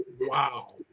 wow